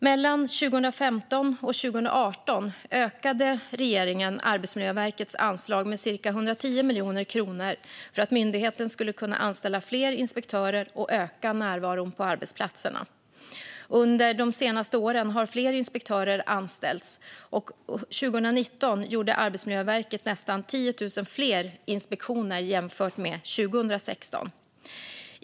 Mellan 2015 och 2018 ökade regeringen Arbetsmiljöverkets anslag med cirka 110 miljoner kronor för att myndigheten skulle kunna anställa fler inspektörer och öka närvaron på arbetsplatserna. Under de senaste åren har fler inspektörer anställts, och 2019 gjorde Arbetsmiljöverket nästan 10 000 fler inspektioner jämfört med 2016.